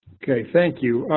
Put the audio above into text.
okay, thank you.